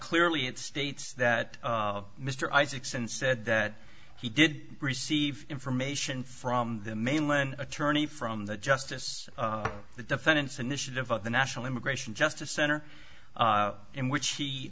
clearly it states that mr isaacson said that he did receive information from the mainland attorney from the justice of the defendant's initiative of the national immigration justice center in which